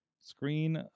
Screen